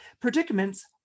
predicaments